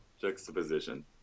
juxtaposition